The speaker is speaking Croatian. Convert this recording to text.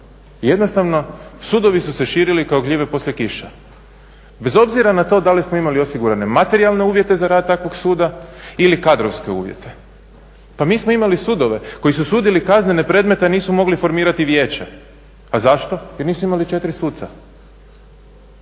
Jednostavno sudovi su se širili kao gljive poslije kiše bez obzira na to da li smo imali osigurane materijalne uvjete za rad takvog suda ili kadrovske uvjete. Pa mi smo imali sudove koji su sudili kaznene predmete, a nisu mogli formirati vijeće. A zašto? Jer nisu imali 4 suca.